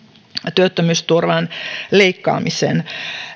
työttömyysturvan leikkaamisen